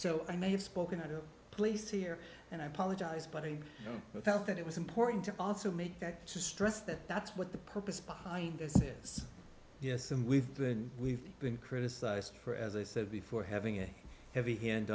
so i may have spoken out of place here and i apologize but i felt that it was important to also make that to stress that that's what the purpose behind this is yes and we've been we've been criticized for as i said before having a heavy hand